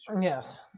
Yes